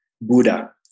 Buddha